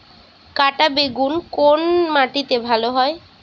কাঁটা বেগুন কোন মাটিতে ভালো হয়?